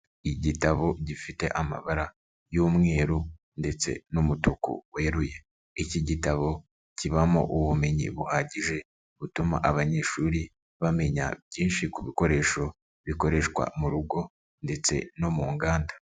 Igitabo gifite amabara y'umweru ndetse n'umutuku weruye. Iki gitabo kibamo ubumenyi buhagije butuma abanyeshuri bamenya byinshi ku bikoresho bikoreshwa mu rugo ndetse no mu nganda.